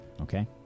okay